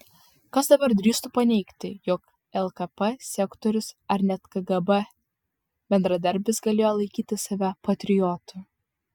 kas dabar drįstų paneigti jog lkp sekretorius ar net kgb bendradarbis galėjo laikyti save patriotu